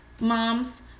Moms